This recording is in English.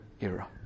era